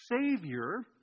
Savior